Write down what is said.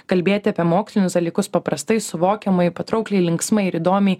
kalbėti apie mokslinius dalykus paprastai suvokiamai patraukliai linksmai ir įdomiai